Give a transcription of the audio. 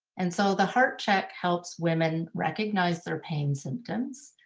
and so the heart check helps women recognize their pain symptoms,